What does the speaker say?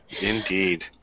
Indeed